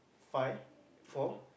five four